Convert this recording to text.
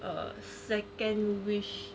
err second wish